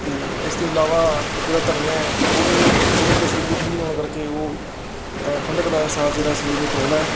ਅਤੇ ਇਸ ਤੋਂ ਇਲਾਵਾ ਜਿਹੜਾ ਧਨੀਆ ਹੈ ਉਹ ਵੀ ਉਹਦੀ ਤਸੀਰ ਵੀ ਠੰਢੀ ਹੋਣ ਕਰਕੇ ਉਹ ਠੰਢਕ ਦਾ ਅਹਿਸਾਸ ਜਿਹੜਾ ਸਰੀਰ ਨੂੰ ਕਰਾਉਂਦਾ